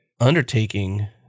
undertaking